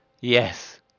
Yes